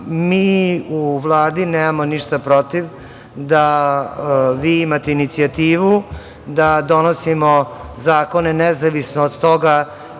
u Vladi nemamo ništa protiv da vi imate inicijativu da donosimo zakone nezavisno od toga